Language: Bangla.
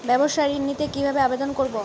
ব্যাবসা ঋণ নিতে কিভাবে আবেদন করব?